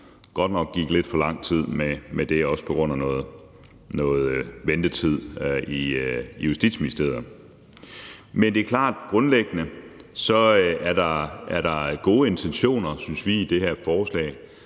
godt nok gik lidt for lang tid med det, også på grund af noget ventetid i Justitsministeriet. Men det er klart, at der grundlæggende er gode intentioner, synes vi, i det her forslag,